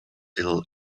ill